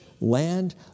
land